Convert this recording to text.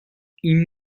این